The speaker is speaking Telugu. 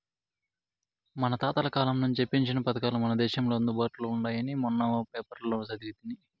మన తాతల కాలం నుంచే పెన్షన్ పథకాలు మన దేశంలో అందుబాటులో ఉండాయని మొన్న పేపర్లో సదివితి